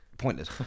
Pointless